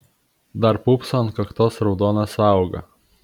dar pūpso ant kaktos raudona sąauga